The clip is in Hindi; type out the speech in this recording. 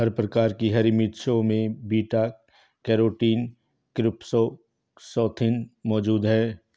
हर प्रकार की हरी मिर्चों में बीटा कैरोटीन क्रीप्टोक्सान्थिन मौजूद हैं